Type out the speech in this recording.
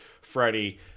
Freddie